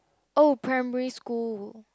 oh primary school